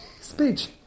speech